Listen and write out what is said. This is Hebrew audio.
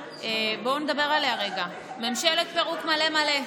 בואו נדבר עליה רגע: זו ממשלת פירוק מלא מלא,